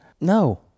No